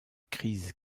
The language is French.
crise